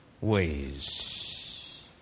ways